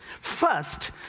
First